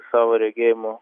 savo regėjimu